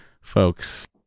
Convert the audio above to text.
folks